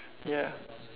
ya